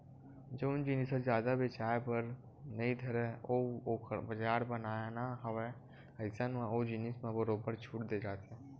जउन जिनिस ह जादा बेचाये बर नइ धरय अउ ओखर बजार बनाना हवय अइसन म ओ जिनिस म बरोबर छूट देय जाथे